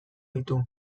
ditu